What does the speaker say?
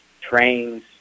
trains